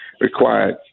required